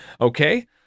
Okay